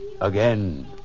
again